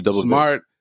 Smart